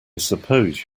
suppose